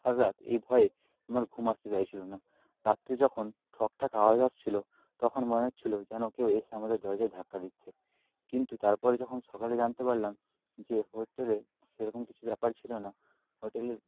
সারা রাত এই ভয়ে আমার ঘুম আসতে চাইছিলো না রাত্রে যখন ঠক ঠাক আওয়াজ আসছিলো তখন মনে হচ্ছিলো যেন কেউ এসে আমাদের দরজায় ধাক্কা দিচ্ছে কিন্তু তারপরে যখন সকালে জানতে পারলাম যে হোটেলে সেরকম কিছু ব্যাপার ছিলো না হোটেলের